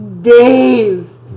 Days